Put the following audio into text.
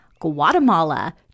Guatemala